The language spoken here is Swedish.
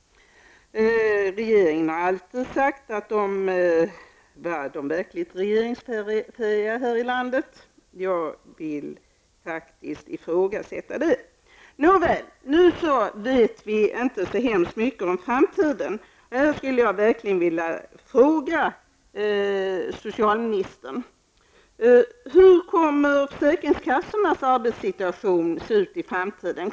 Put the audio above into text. Regeringens ledamöter har alltid sagt att det, är de verkligt regeringsfähiga här i landet. Jag vill faktiskt ifrågasätta detta. Nåväl, nu vet vi inte så mycket om framtiden. Jag vill verkligen fråga socialministern: Hur kommer försäkringskassornas arbetssituation att se ut i framtiden?